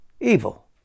Evil